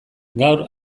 gaur